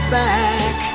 back